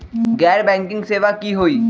गैर बैंकिंग सेवा की होई?